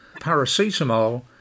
paracetamol